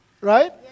Right